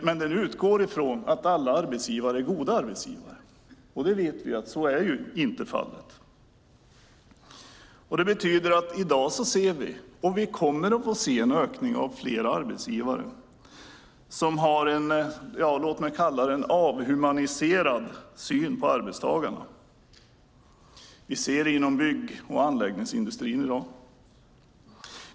Men den utgår från att alla arbetsgivare är goda arbetsgivare, och vi vet att så inte är fallet. Det betyder att vi kommer att få se en ökning av arbetsgivare som har en låt mig kalla det avhumaniserad syn på arbetstagarna. Vi ser det inom bygg och anläggningsindustrin i dag.